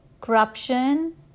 corruption